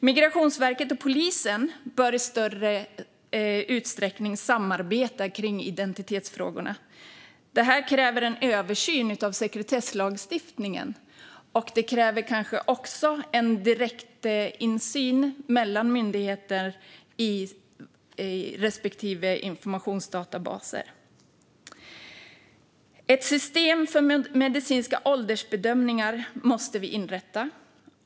Migrationsverket och polisen bör i större utsträckning samarbeta kring identitetsfrågorna. Detta kräver en översyn av sekretesslagstiftningen, och det kräver kanske också en direktinsyn mellan respektive myndighets informationsdatabaser. Ett system för medicinska åldersbedömningar måste inrättas.